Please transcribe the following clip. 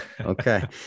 Okay